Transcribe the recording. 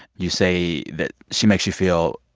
you say that she makes you feel,